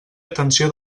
atenció